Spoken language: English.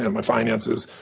and my finances.